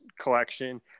collection